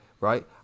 right